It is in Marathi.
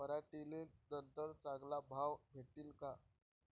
पराटीले नंतर चांगला भाव भेटीन का?